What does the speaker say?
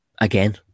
again